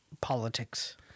politics